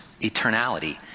eternality